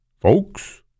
Folks